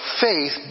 faith